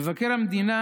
מבקר המדינה